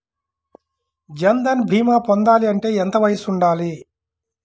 జన్ధన్ భీమా పొందాలి అంటే ఎంత వయసు ఉండాలి?